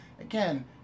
Again